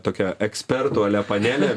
tokia ekspertų ale panelė